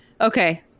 Okay